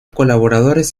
colaboradores